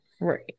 Right